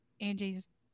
Angie's